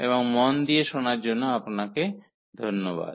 এবং মন দিয়ে শোনার জন্য আপনাকে ধন্যবাদ